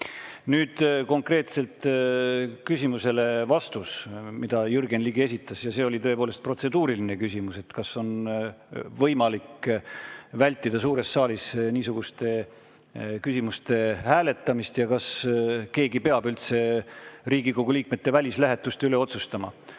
konkreetselt küsimusele, mille Jürgen Ligi esitas. See oli tõepoolest protseduuriline küsimus, et kas on võimalik vältida suures saalis niisuguste küsimuste hääletamist ja kas keegi peab üldse Riigikogu liikmete välislähetuste üle otsustama.